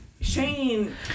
Shane